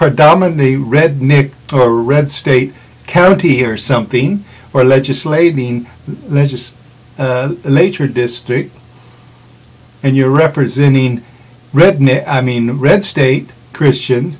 predominantly red mick or red state county or something or legislating that's just the nature district and you're representing red i mean red state christian